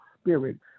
spirit